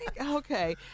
Okay